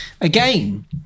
Again